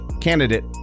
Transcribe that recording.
candidate